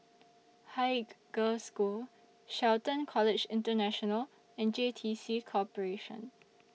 Haig Girls' School Shelton College International and J T C Corporation